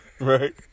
right